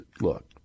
look